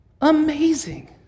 Amazing